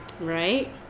Right